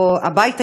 או הבית היהודי,